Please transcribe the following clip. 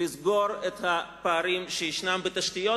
לסגור את הפערים בתשתיות,